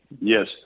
Yes